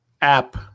app